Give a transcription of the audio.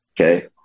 okay